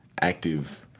active